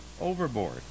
overboard